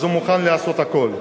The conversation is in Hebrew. אז הוא מוכן לעשות את הכול.